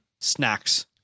snacks